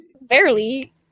Barely